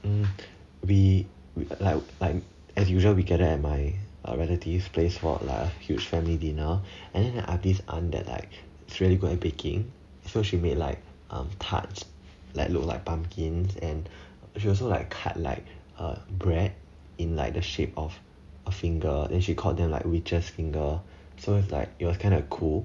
hmm we we like like as usual we gather at my relative place for like a huge family dinner and then I've this aunt that like is really good at baking so she made like uh tarts like look like pumpkin and she also like cut like uh bread in like the shape of a finger then she called them like witch's finger so it's like it was kind of a cool